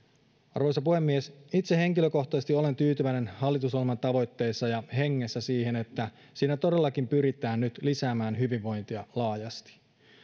arvoisa puhemies itse henkilökohtaisesti olen tyytyväinen hallitusohjelman tavoitteissa ja hengessä siihen että siinä todellakin pyritään nyt lisäämään hyvinvointia laajasti